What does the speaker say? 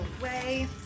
away